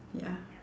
ya